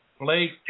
Blake